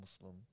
Muslim